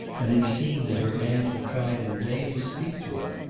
and had seen that her aunt had tried in vain to speak to him.